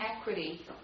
equity